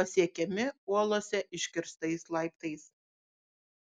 pasiekiami uolose iškirstais laiptais